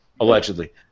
allegedly